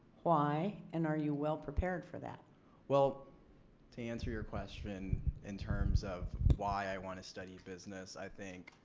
why and are you well prepared for that? ali well to answer your question in terms of why i want to study business i think